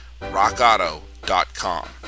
rockauto.com